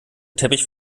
teppich